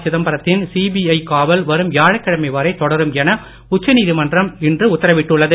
சிதம்பரத்தின் சிபிஐ காவல் வரும் வியாழக்கிழமை வரை தொடரும் என உச்ச நீதிமன்றம் இன்று உத்தரவிட்டுள்ளது